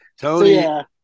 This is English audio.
Tony